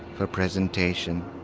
for presentation,